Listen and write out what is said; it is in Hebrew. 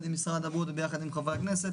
עם משרד הבריאות וביחד עם חברי הכנסת.